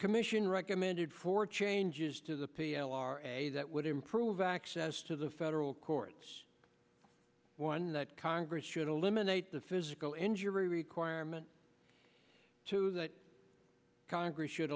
commission recommended for changes to the p l r a that would improve access to the federal courts one that congress should eliminate the physical injury requirement to that congress should